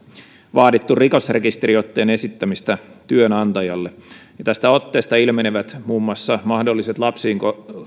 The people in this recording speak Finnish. vaadittu rikosrekisteriotteen esittämistä työnantajalle tästä otteesta ilmenevät muun muassa mahdolliset lapsiin